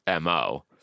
MO